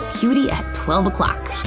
cutie at twelve o'clock!